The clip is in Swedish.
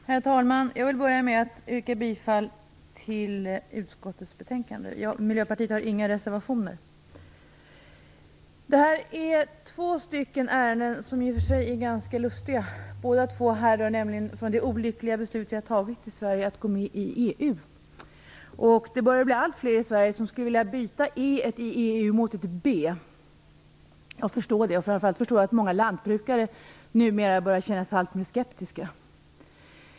Herr talman! Jag vill börja med att yrka bifall till utskottets hemställan. Miljöpartiet har inte några reservationer. Detta är två ärenden som i och för sig är ganska lustiga. Båda två härrör nämligen från det olyckliga beslut vi har fattat i Sverige att gå med i EU. Det börjar bli allt fler i Sverige som skulle vilja byta E:et i EU mot ett B. Jag förstår det. Framför allt förstår jag att många lantbrukare numera börjar känna sig alltmer skeptiska.